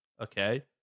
okay